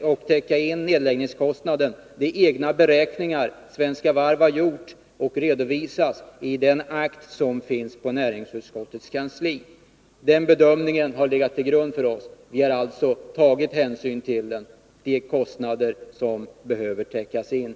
och täcka in nedläggningskostnaden. Det är egna beräkningar som Svenska Varv har gjort och redovisat i den akt som finns på näringsutskottets kansli. Den bedömningen har legat till grund för oss. Vi har alltså i vår alternativa skrivning tagit hänsyn till de kostnader som behöver täckas in.